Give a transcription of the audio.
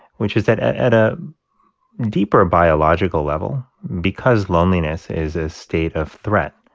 which is that at a deeper biological level because loneliness is a state of threat